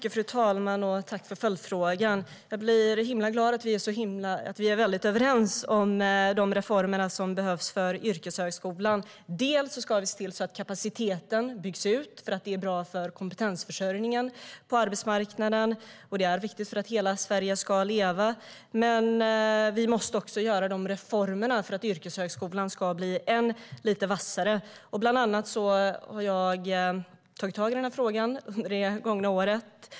Fru talman! Jag tackar för följdfrågan. Jag blir himla glad att vi är så överens om de reformer som behövs för yrkeshögskolan. Vi ska inte bara se till att kapaciteten byggs ut, vilket är bra för kompetensförsörjningen på arbetsmarknaden och därför viktigt för att hela Sverige ska leva, utan vi måste också genomföra reformer för att yrkeshögskolorna ska bli ännu lite vassare. Bland annat har jag tagit tag i frågan under det gångna året.